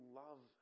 love